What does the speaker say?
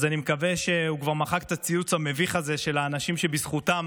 אז אני מקווה שהוא כבר מחק את הציוץ המביך הזה לאנשים שבזכותם